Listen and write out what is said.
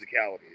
physicality